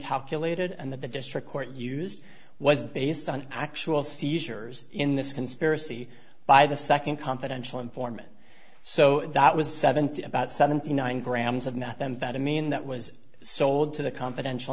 calculated and that the district court used was based on actual seizures in this conspiracy by the second confidential informant so that was seventy about seventy nine grams of methamphetamine that was sold to the confidential